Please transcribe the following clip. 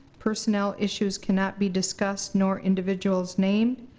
personnel issues cannot be discussed, nor individuals named,